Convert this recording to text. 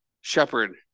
shepherd